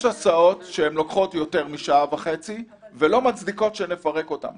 הסעות שלוקחות יותר משעה וחצי ולא מצדיקות שנפרק אותן,